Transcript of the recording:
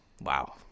Wow